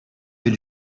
vais